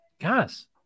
guys